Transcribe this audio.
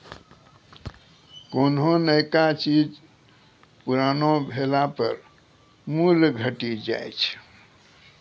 कोन्हो नयका चीज पुरानो भेला पर मूल्य घटी जाय छै